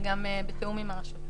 זה גם בתיאום עם הרשות.